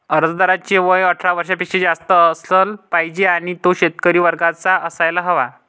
अर्जदाराचे वय अठरा वर्षापेक्षा जास्त असलं पाहिजे आणि तो शेतकरी वर्गाचा असायला हवा